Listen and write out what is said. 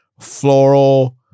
floral